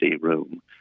room